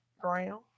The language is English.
ground